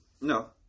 No